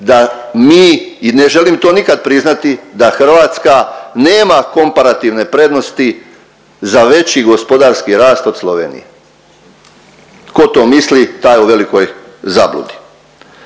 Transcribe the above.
da mi i ne želi to nikad priznati da Hrvatska nema komparativne prednosti za veći gospodarski rast od Slovenije. Tko to misli taj je u velikoj zabludi.